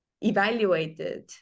evaluated